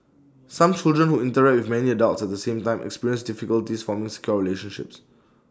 some children who interact with many adults at the same time experience difficulties forming secure relationships